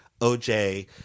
OJ